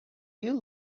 you